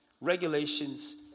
regulations